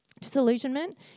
disillusionment